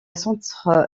centre